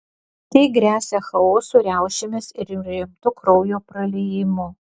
tai gresia chaosu riaušėmis ir rimtu kraujo praliejimu